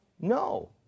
No